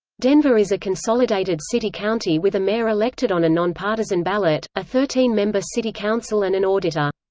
denver is a consolidated city-county with a mayor elected on a nonpartisan ballot, a thirteen member city council and an auditor.